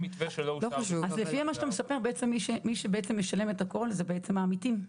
כלומר לפי מה שאתה אומר מי שבעצם משלם את הכול זה העמיתים.